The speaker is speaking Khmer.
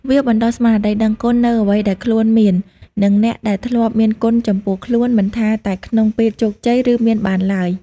វាបណ្តុះស្មារតីដឹងគុណនូវអ្វីដែលខ្លួនមាន និងអ្នកដែលធ្លាប់មានគុណចំពោះខ្លួន មិនថាតែក្នុងពេលជោគជ័យ ឬមានបានឡើយ។